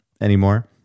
anymore